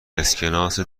اسکناس